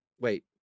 Wait